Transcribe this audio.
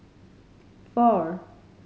four